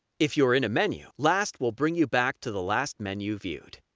if you're in a menu, last will bring you back to the last menu viewed.